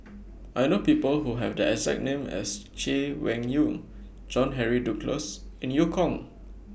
I know People Who Have The exact name as Chay Weng Yew John Henry Duclos and EU Kong